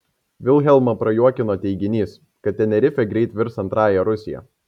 vilhelmą prajuokino teiginys kad tenerifė greit virs antrąja rusija